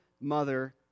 mother